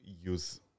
use